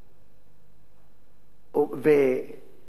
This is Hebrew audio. הצבא ואת חוק-יסוד: מבקר המדינה,